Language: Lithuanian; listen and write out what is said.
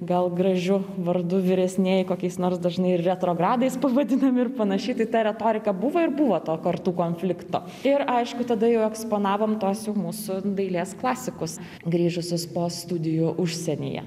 gal gražiu vardu vyresnieji kokiais nors dažnai retrogradais pavadinami ir panašiai tai ta retorika buvo ir buvo to kartų konflikto ir aišku tada jau eksponavom tos mūsų dailės klasikus grįžusius po studijų užsienyje